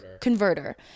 converter